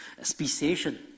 speciation